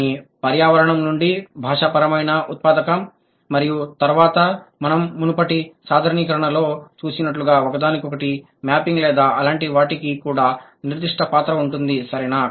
కానీ పర్యావరణం నుండి భాషాపరమైన ఉత్పాదకం మరియు తర్వాత మనం మునుపటి సాధారణీకరణలో చూసినట్లుగా ఒకదానికొకటి మ్యాపింగ్ లేదా అలాంటి వాటికి కూడా నిర్దిష్ట పాత్ర ఉంటుంది సరేనా